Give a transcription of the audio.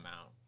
out